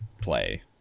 play